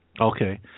Okay